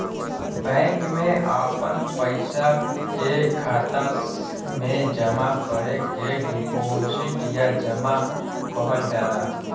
bank मे आपन पइसा के खाता मे जमा करे के डीपोसिट या जमा कहल जाला